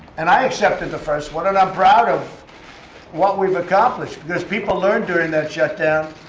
and i accepted the first one. and i'm proud of what we've accomplished because people learned, during that shutdown,